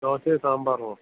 ദോശയും സാമ്പാറോ